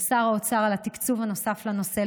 לשר האוצר על התקצוב הנוסף לנושא,